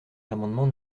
l’amendement